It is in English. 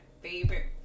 favorite